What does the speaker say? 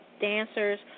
dancers